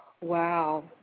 Wow